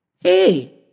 Hey